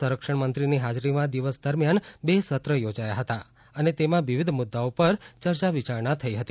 સંરક્ષણ મંત્રીની હાજરીમાં દિવસ દરમિયાન બે સત્ર યોજાયાં હતાં અને તેમાં વિવિધ મુદ્દાઓ પર ચર્ચાવિયારણા થઈ હતી